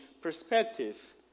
perspective